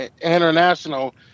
international